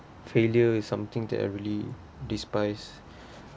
failure is something that I really despise